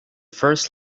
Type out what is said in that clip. first